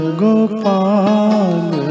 gopal